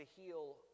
heal